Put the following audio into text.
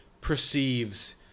Perceives